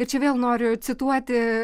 ir čia vėl noriu cituoti